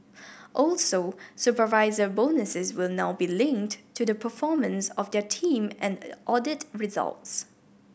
also supervisor bonuses will now be linked to the performance of their team and audit results